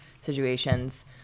situations